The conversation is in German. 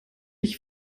ich